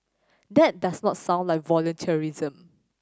that does not sound like volunteerism